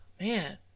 Man